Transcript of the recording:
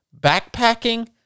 backpacking